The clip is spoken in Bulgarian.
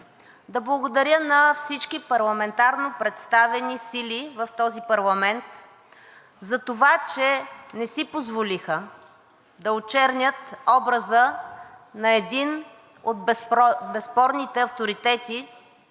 да благодаря на всички парламентарно представени сили в този парламент, затова, че не си позволиха да очернят образа на един от безспорните авторитети